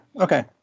Okay